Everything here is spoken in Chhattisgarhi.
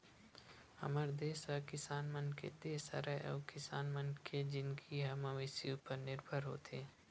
हमर देस ह किसान मन के देस हरय अउ किसान मनखे के जिनगी ह मवेशी उपर निरभर होथे